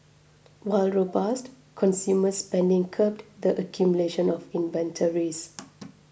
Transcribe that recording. while robust consumer spending curbed the accumulation of inventories